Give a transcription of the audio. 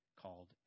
called